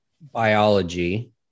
biology